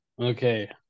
Okay